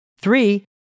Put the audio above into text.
Three